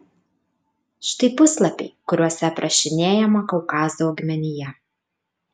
štai puslapiai kuriuose aprašinėjama kaukazo augmenija